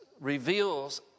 reveals